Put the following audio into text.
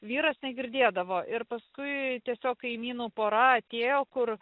vyras negirdėdavo ir paskui tiesiog kaimynų pora atėjo kur